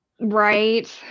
right